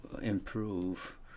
improve